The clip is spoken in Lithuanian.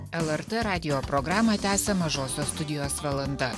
lrt radijo programą tęsia mažosios studijos valanda